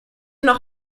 noch